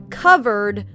covered